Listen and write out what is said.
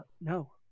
No